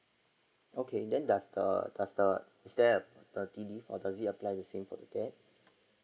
okay then does the does is there a paternity leave does it apply the same for that